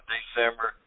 December